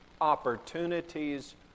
opportunities